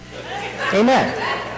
Amen